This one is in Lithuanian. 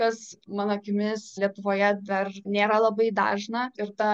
kas mano akimis lietuvoje dar nėra labai dažna ir ta